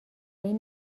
این